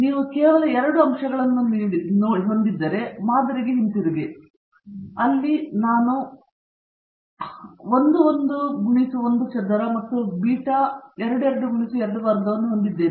ನೀವು ಕೇವಲ 2 ಅಂಶಗಳನ್ನು ಹೊಂದಿದ್ದರೆ ನೀವು ಮಾದರಿಗೆ ಹಿಂತಿರುಗಿಸೋಣ ಆಗ ನಾನು 11 x 1 ಚದರ ಮತ್ತು ಬೀಟಾ 22 x 2 ವರ್ಗವನ್ನು ಹೊಂದಿದ್ದೇವೆ